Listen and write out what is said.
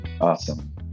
Awesome